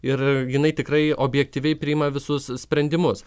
ir jinai tikrai objektyviai priima visus sprendimus